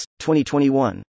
2021